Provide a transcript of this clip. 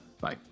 Bye